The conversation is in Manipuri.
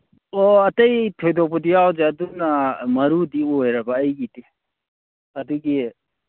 ꯑꯣ ꯑꯇꯩ ꯊꯣꯏꯗꯣꯛꯄꯗꯤ ꯌꯥꯎꯗ꯭ꯔꯦ ꯑꯗꯨꯅ ꯃꯔꯨꯗꯤ ꯑꯣꯏꯔꯕ ꯑꯩꯒꯤꯗꯤ ꯑꯗꯨꯒꯤ